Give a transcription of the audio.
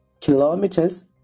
Kilometers